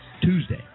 Tuesday